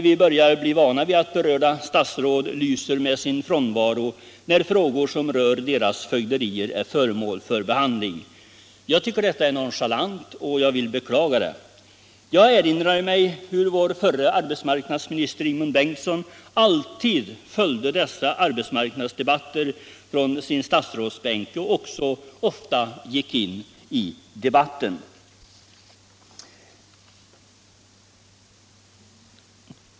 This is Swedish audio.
Vi börjar bli vana vid att berörda statsråd lyser med sin frånvaro när frågor som rör deras fögderi är föremål för behandling. Detta tycker jag är nonchalant, och jag beklagar det. Jag erinrar mig hur vår förre arbetsmarknadsmi nister, Ingemund Bengtsson, alltid följde arbetsmarknadsdebatterna från sin statsrådsbänk och ofta gick in i debatten.